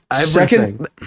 Second